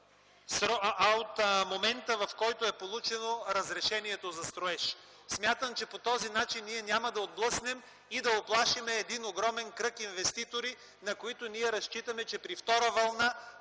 а от момента, в който е получено разрешението за строеж. Смятам, че по този начин ние няма да отблъснем и да уплашим един огромен кръг инвеститори на които ние разчитаме, че при втора вълна